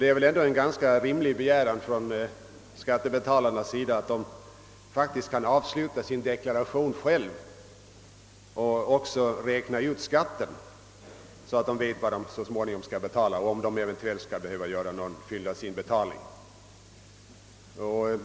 Det är väl ändå en ganska rimlig begäran från skattebetalarnas sida, att de själva skall kunna avsluta sina självdeklarationer och även räkna ut skatten, så att de vet om de eventuellt behöver göra någon fyllnadsinbetalning.